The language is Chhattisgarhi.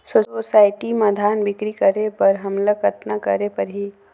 सोसायटी म धान बिक्री करे बर हमला कतना करे परही?